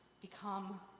become